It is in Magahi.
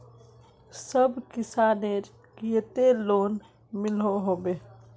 सब किसानेर केते लोन मिलोहो होबे?